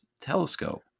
telescope